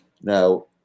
Now